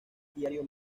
diario